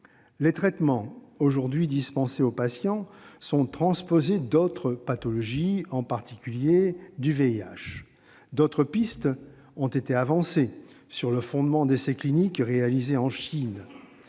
Les traitements aujourd'hui dispensés aux patients sont transposés d'autres pathologies, en particulier du VIH. D'autres pistes ont été avancées sur le fondement d'essais cliniques effectués en Chine.